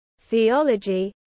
theology